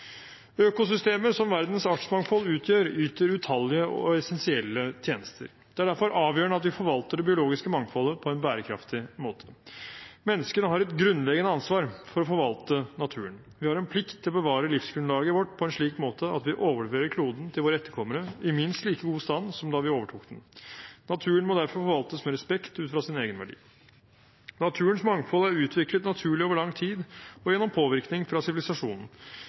Økosystemet som verdens artsmangfold utgjør, yter utallige og essensielle tjenester. Det er derfor avgjørende at vi forvalter det biologiske mangfoldet på en bærekraftig måte. Menneskene har et grunnleggende ansvar for å forvalte naturen. Vi har en plikt til å bevare livsgrunnlaget vårt på en slik måte at vi overleverer kloden til våre etterkommere i minst like god stand som da vi overtok den. Naturen må derfor forvaltes med respekt, ut fra sin egenverdi. Naturens mangfold er utviklet naturlig over lang tid og gjennom påvirkning fra sivilisasjonen.